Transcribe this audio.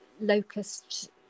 locust